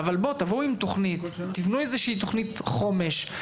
אבל תבואו עם תכנית, תבנו איזו שהיא תכנית חומש.